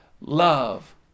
love